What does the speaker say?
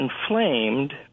inflamed